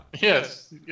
Yes